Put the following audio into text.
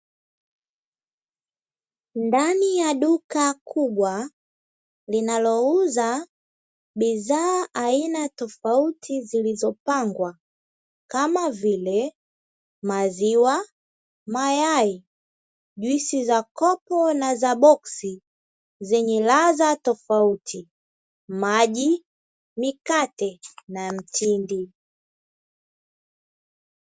Ndani ya duka kubwa linalouza bidhaa aina tofauti zilizopangwa kama vile: maziwa, mayai, juisi za kopo na za boksi zenye ladha tofauti, maji, mikate na mtindi.